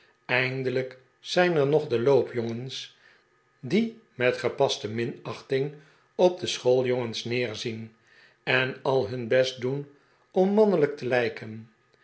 eindelijk zijn er nog de loopjongens die met gepaste minachting op de schooljongens neerzien en al hun best doen om mannelijk te lijken